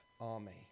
army